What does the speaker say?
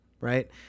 right